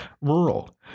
rural